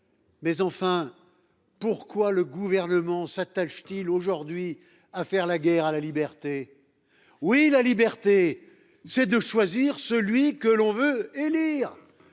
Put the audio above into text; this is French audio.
Mais enfin, pourquoi le Gouvernement s’attache t il aujourd’hui à faire la guerre à la liberté ? Oui, la liberté de choisir librement ceux que l’on veut élire.